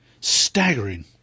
Staggering